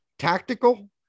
tactical